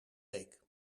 week